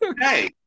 Hey